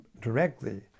directly